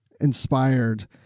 inspired